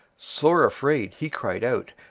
sore afraid, he cried out,